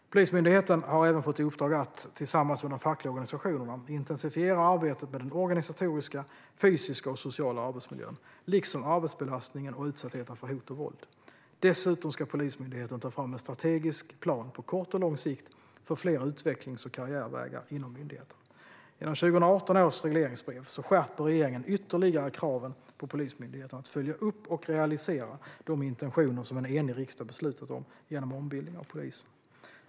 Polismyndigheten har även fått i uppdrag att, tillsammans med de fackliga organisationerna, intensifiera arbetet med den organisatoriska, fysiska och sociala arbetsmiljön, liksom arbetsbelastningen och utsattheten för hot och våld. Dessutom ska Polismyndigheten ta fram en strategisk plan på kort och lång sikt för fler utvecklings och karriärvägar inom myndigheten. Genom 2018 års regleringsbrev skärper regeringen ytterligare kraven på Polismyndigheten att följa upp och realisera de intentioner som en enig riksdag beslutat om genom ombildningen av polisen.